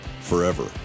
forever